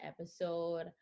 episode